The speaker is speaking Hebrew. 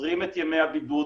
מקצרים את ימי הבידוד